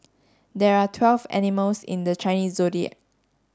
there are twelve animals in the Chinese Zodiac